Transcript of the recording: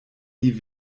die